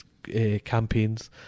Campaigns